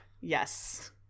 Yes